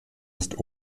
ist